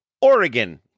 Oregon